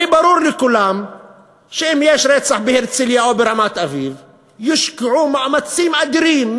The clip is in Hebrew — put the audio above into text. הרי ברור לכולם שאם יש רצח בהרצלייה או ברמת-אביב יושקעו מאמצים אדירים,